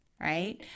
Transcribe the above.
right